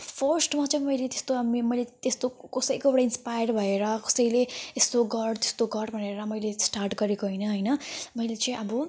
फर्स्टमा चाहिँ मैले त्यस्तो अब म मैले त्यस्तो कसैकोबाट इन्सपायर भएर कसैले यस्तो गर त्यस्तो गर भनेर मैले स्टार्ट गरेको होइन होइन मैले चाहिँ अब